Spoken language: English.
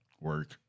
work